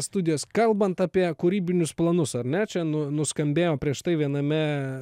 studijos kalbant apie kūrybinius planus ar ne čia nu nuskambėjo prieš tai viename